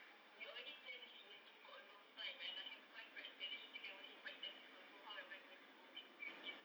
we already planned this wedding for a long time and I have five bridesmaids then you say can only invite ten people so how am I going to go through with this